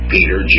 Peter